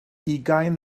ugain